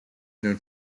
known